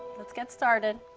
let's get started.